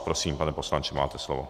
Prosím, pane poslanče, máte slovo.